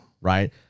Right